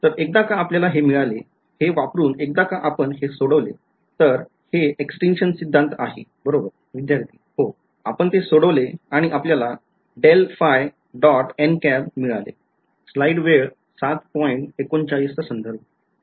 तर एकदा का आपल्याला हे मिळाले हे वापरून एकदा का आपण हे सोडवले तर हे एक्सटीनकॅशन सिद्धांत आहे बरोबर विद्यार्थी हो आपण ते सोडवले आणि आपल्याला मिळाले